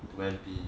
to N_P